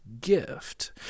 gift